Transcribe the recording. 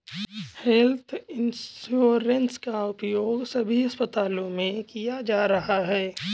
health insurance का उपयोग सभी अस्पतालों में किया जा रहा है